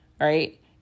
right